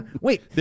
Wait